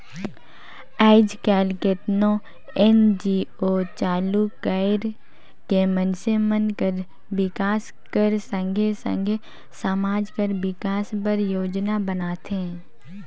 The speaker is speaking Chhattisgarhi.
आएज काएल केतनो एन.जी.ओ चालू कइर के मइनसे मन कर बिकास कर संघे संघे समाज कर बिकास बर योजना बनाथे